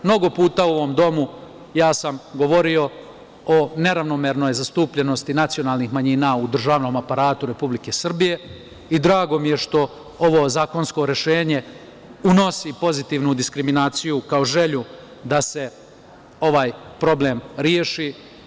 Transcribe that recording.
Mnogo puta u ovom domu sam govorio o neravnomernoj zastupljenosti nacionalnih manjina u državnom aparatu Republike Srbije i drago mi je što ovo zakonsko rešenje unosi pozitivnu diskriminaciju kao želju da se ovaj problem reši.